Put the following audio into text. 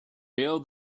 bail